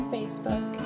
Facebook